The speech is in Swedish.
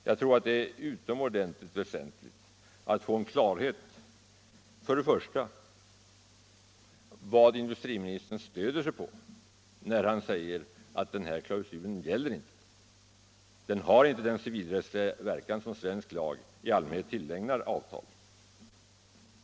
Jag tror att det är utomordentligt väsentligt att få klarhet i vad industriministern stödjer sig på när han säger att den här klausulen inte gäller, att den inte har den civilrättsliga verkan som svensk lag i allmänhet tillägnar avtal.